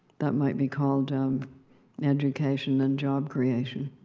that might be called education and job creation,